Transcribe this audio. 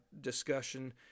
discussion